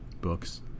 Books